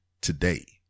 today